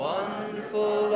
Wonderful